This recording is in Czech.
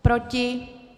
Proti?